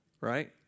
right